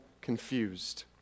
confused